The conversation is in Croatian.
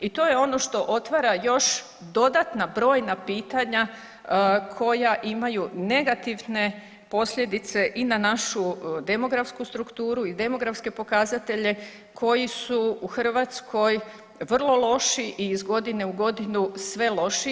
I to je ono što otvara još dodatna brojna pitanja koja imaju negativne posljedice i na našu demografsku strukturu i demografske pokazatelje koji su u Hrvatskoj vrlo loši i iz godine u godinu sve lošiji.